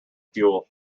fuel